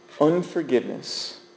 Unforgiveness